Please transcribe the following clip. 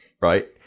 right